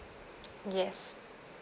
yes